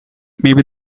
maybe